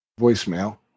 voicemail